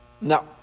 No